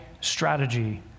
strategy